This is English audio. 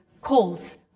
calls